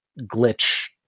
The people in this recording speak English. glitch